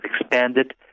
expanded